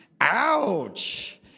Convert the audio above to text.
ouch